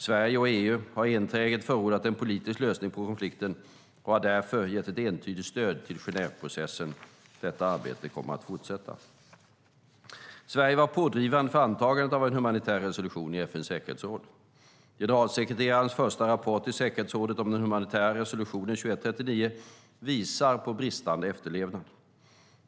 Sverige och EU har enträget förordat en politisk lösning på konflikten och har därför gett ett entydigt stöd till Genèveprocessen. Detta arbete kommer att fortsätta. Sverige var pådrivande för antagandet av en humanitär resolution i FN:s säkerhetsråd. Generalsekreterarens första rapport till säkerhetsrådet om den humanitära resolutionen 2139 visar på bristande efterlevnad.